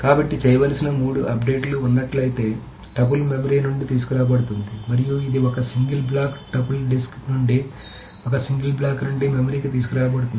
కాబట్టి చేయవలసిన మూడు అప్డేట్లు ఉన్నట్లయితే టపుల్ మెమరీ నుండి తీసుకురాబడుతుంది మరియు ఇది ఒక సింగిల్ బ్లాక్ టపుల్ డిస్క్ నుండి ఒక సింగిల్ బ్లాక్ నుండి మెమరీకి తీసుకురాబడుతుంది